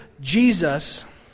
Jesus